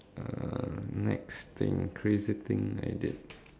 uh next thing crazy thing that I did